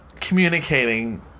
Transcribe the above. communicating